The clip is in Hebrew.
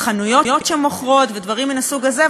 החנויות שמוכרות ודברים מן הסוג הזה,